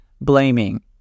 blaming